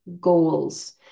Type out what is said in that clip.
goals